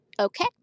Okay